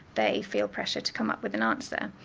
they feel pressure to come up with an answer.